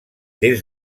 des